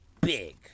big